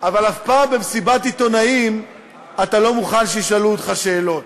אבל אף פעם במסיבת עיתונאים אתה לא מוכן שישאלו אותך שאלות.